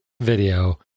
video